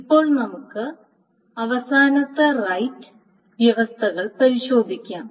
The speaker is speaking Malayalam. ഇപ്പോൾ നമുക്ക് അവസാന റൈറ്റ് വ്യവസ്ഥകൾ പരിശോധിക്കാം